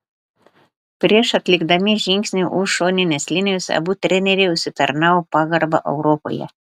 prieš atlikdami žingsnį už šoninės linijos abu treneriai užsitarnavo pagarbą europoje